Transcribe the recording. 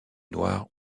noires